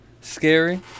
Scary